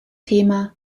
thema